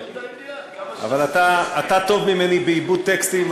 אבל אתה טוב ממני בעיבוד טקסטים.